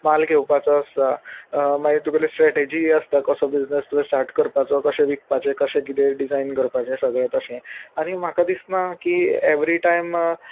माल घेवपाचो आसता मागीर तुगेली स्ट्रेटजी आसता कसो बिजनस तुवें स्टार्ट करपाचो कशें विकपाचें कशें किदें डिजायन करपाचें सगळें तशें आनी म्हाका दिसना की एवरी टायम